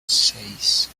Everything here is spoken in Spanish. seis